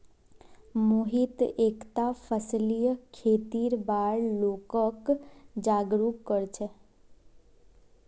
मोहित एकता फसलीय खेतीर बार लोगक जागरूक कर छेक